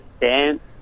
dance